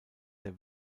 der